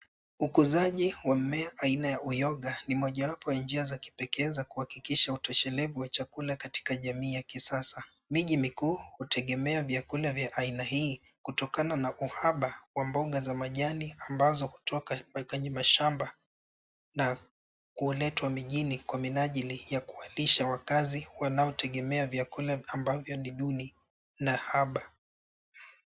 Ukuzaji wa mimea aina ya uyoga ni mmojawapo ya njia za kipekee za kuhakikisha utoshelevu wa chakula katika jamii ya kisasa. Miji mikuu hutegemea vyakula vya aina hii kutokana na uhaba wa mboga za majani ambazo hutoka mashamba na huletwa mijini kwa minajili ya kuwalisha wakazi wanaotegemea vyakula ambavyo ni duni na haba.